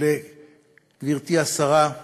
לגברתי השרה,